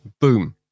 Boom